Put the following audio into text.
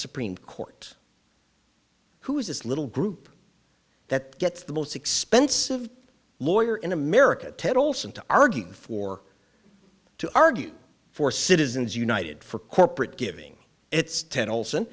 supreme court who is this little group that gets the most expensive lawyer in america ted olson to argue for to argue for citizens united for corporate giving it's ted ols